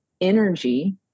energy